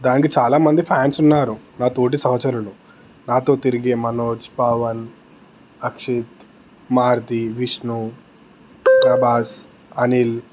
దానికి చాలా మంది ఫ్యాన్స్ ఉన్నారు నా తోటి సహచరులు నాతో తిరిగే మనోజ్ పవన్ అక్షిత్ మారుతి విష్ణు ప్రభాస్ అనిల్